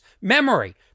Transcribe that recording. memory